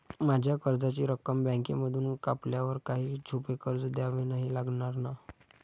माझ्या कर्जाची रक्कम बँकेमधून कापल्यावर काही छुपे खर्च द्यावे नाही लागणार ना?